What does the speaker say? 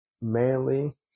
manly